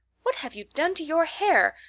what have you done to your hair?